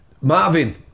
Marvin